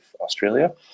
Australia